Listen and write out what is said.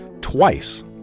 twice